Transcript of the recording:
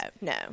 no